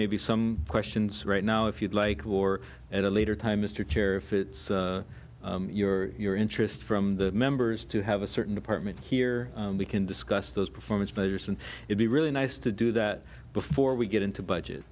maybe some questions right now if you'd like war at a later time mr chair if it's your your interest from the members to have a certain department here we can discuss those performance measures and it be really nice to do that before we get into budget